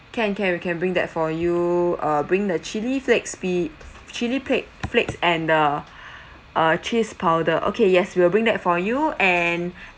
can can we can bring that for you uh bring the chilli flakes b~ chili plak~ flakes and the uh cheese powder okay yes we will bring that for you and